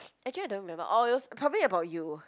actually I don't remember oh it was probably about you